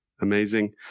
Amazing